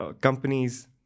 companies